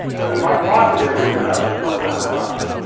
but in my talk today, we're going to turn that around.